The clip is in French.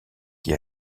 qui